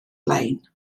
lein